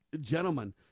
gentlemen